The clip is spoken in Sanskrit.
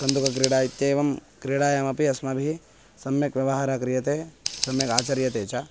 कन्दुकक्रीडा इत्येवं क्रीडायामपि अस्माभिः सम्यक् व्यवहारः क्रियते सम्यक् आचर्यते च